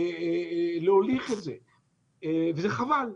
זה חבל.